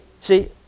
See